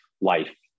life